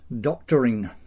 doctoring